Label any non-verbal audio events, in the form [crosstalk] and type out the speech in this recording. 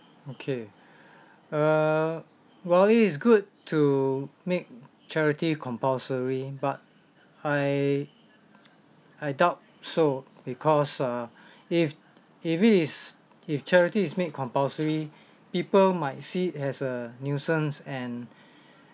okay uh while it is good to make charity compulsory but I I doubt so because uh if if it is if charity is made compulsory people might see it as a nuisance and [breath]